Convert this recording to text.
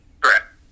correct